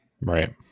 Right